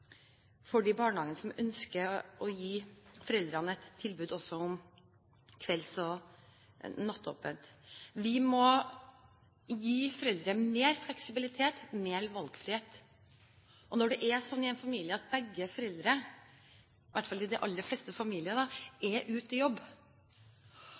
for de barnehagene som ønsker å gi foreldrene et tilbud også om kvelds- og nattåpent. Vi må gi foreldre mer fleksibilitet, mer valgfrihet. Nå er det slik i en familie, i hvert fall i de aller fleste familier,